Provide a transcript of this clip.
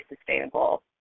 sustainable